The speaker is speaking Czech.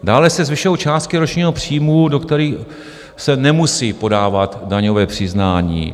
Dále se zvyšují částky ročního příjmu, do kterého se nemusí podávat daňové přiznání.